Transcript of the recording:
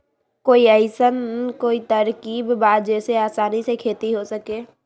कोई अइसन कोई तरकीब बा जेसे आसानी से खेती हो सके?